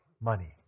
money